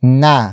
na